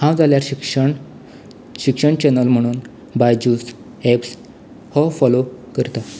हांव जाल्यार शिक्षण शिक्षण चॅनल म्हणून बायज्यूस ऍप्स हो फॉलोव करता